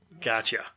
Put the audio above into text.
Gotcha